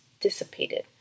dissipated